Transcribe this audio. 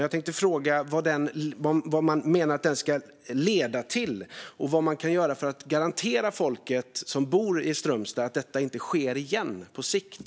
Jag tänkte fråga vad man menar att den ska leda till och vad man kan göra för att garantera folket som bor i Strömstad att detta inte sker igen på sikt.